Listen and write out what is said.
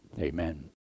Amen